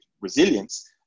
resilience